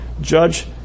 judge